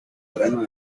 terreno